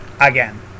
Again